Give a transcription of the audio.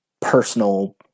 personal